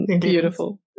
Beautiful